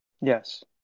Yes